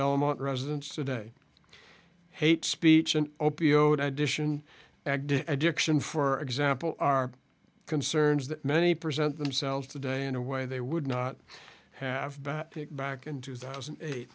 belmont residents today hate speech an opioid i dition addiction for example are concerns that many present themselves today in a way they would not have back to back in two thousand and eight